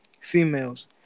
females